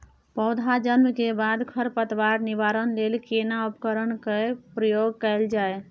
पौधा जन्म के बाद खर पतवार निवारण लेल केना उपकरण कय प्रयोग कैल जाय?